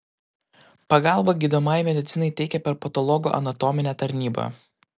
pagalbą gydomajai medicinai teikia per patologoanatominę tarnybą